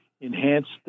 enhanced